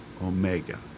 Omega